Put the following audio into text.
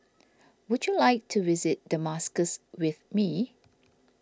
would you like to visit Damascus with me